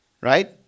right